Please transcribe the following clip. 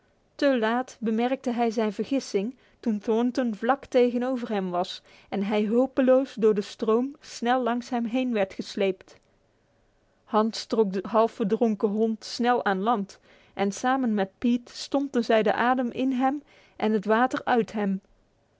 te laat bemerkte hij zijn vergissing toen thornton vlak tegenover hem was en hij hulpeloos door de stroom snel langs hem werd gesleept hans trok den half verdronken hond snel aan land en samen met pete stompten zij de adem in hem en het water ui